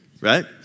Right